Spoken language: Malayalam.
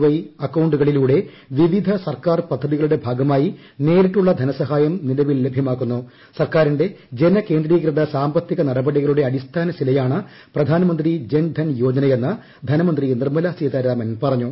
വൈ അക്കൌണ്ടുകളിലൂടെ വിവിധ സർക്കാർ പദ്ധതികളുടെ ഭാഗമായി നേരിട്ടുള്ള സർക്കാരിന്റെ ജന കേന്ദ്രീകൃതി സാമ്പത്തിക നടപടികളുടെ അടിസ്ഥാനശിലയാണ് പ്രധാനമിന്ത്രി ജൻധൻ യോജന എന്ന് ധനമന്ത്രി നിർമല സീതാരാമൻ പറഞ്ഞു